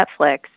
Netflix